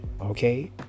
okay